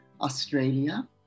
Australia